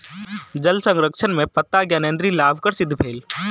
जल संरक्षण में पत्ता ज्ञानेंद्री लाभकर सिद्ध भेल